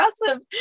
impressive